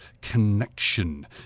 Connection